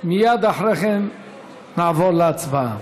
מייד אחרי כן נעבור להצבעה.